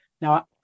Now